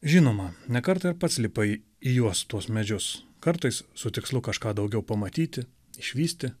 žinoma ne kartą ir pats lipai į juos tuos medžius kartais su tikslu kažką daugiau pamatyti išvysti